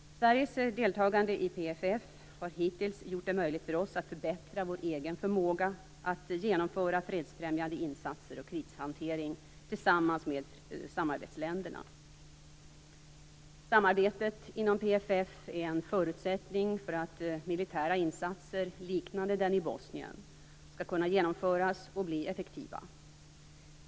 Sveriges deltagande i PFF har hittills gjort det möjligt för oss att förbättra vår egen förmåga att genomföra fredsfrämjande insatser och krishantering tillsammans med samarbetsländerna. Samarbetet inom PFF är en förutsättning för att militära insatser liknande den i Bosnien skall kunna genomföras och bli effektiva.